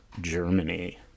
Germany